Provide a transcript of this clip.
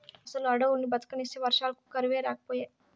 అసలు అడవుల్ని బతకనిస్తే వర్షాలకు కరువే రాకపాయే